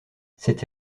cette